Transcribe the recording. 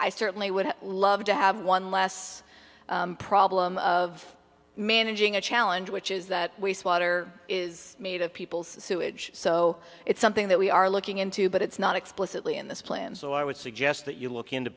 i certainly would love to have one less problem of managing a challenge which is that we swatter is made of people's sewage so it's something that we are looking into but it's not explicitly in this plan so i would suggest that you look into